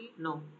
No